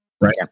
Right